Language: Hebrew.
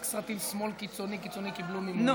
רק סרטים שמאל קיצוני קיצוני קיבלו מימון,